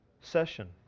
session